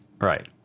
Right